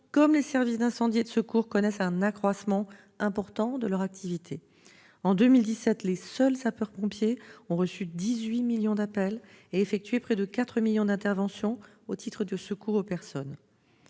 comme les services d'incendie et de secours, connaissent un accroissement important de leur activité. En 2017, les seuls sapeurs-pompiers ont reçu 18 millions d'appels et effectué près de 4 millions d'interventions au titre du secours aux personnes.